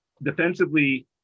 defensively